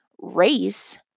race